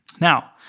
Now